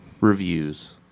reviews